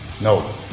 No